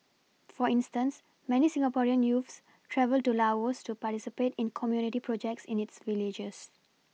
for instance many Singaporean youths travel to Laos to participate in community projects in its villages